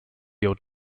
your